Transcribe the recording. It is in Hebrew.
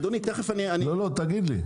אדוני, תיכף אני --- לא, לא, תגיד לי.